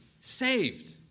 saved